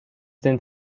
then